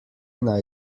naj